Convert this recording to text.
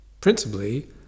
Principally